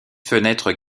fenêtres